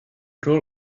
roll